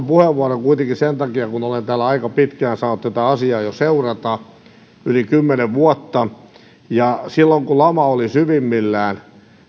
puheenvuoron kuitenkin sen takia että olen täällä aika pitkään saanut tätä asiaa jo seurata yli kymmenen vuotta ja silloin kun lama oli syvimmillään